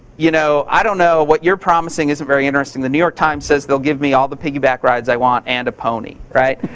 you know, i don't know. what you're promising isn't very interesting. the new york times says they'll give me all the piggy back rides i want and a pony. and